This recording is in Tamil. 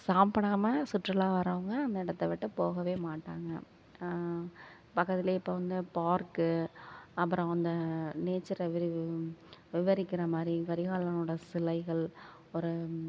சாப்புடாம சுற்றுலா வர்றவங்க அந்த இடத்த விட்டு போகவே மாட்டாங்க பக்கத்தில் இப்போ வந்து பார்க்கு அப்புறம் இந்த நேச்சர விரிவு விவரிக்கிறமாதிரி கரிகாலனோட சிலைகள் ஒரு